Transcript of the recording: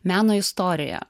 meno istoriją